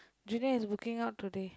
junior is booking out today